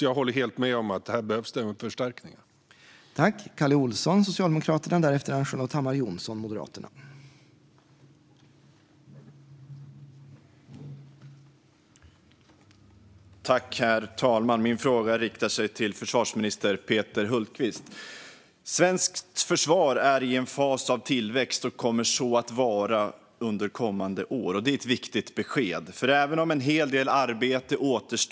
Jag håller helt med om att det behövs en förstärkning här.